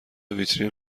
ویترین